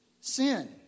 sin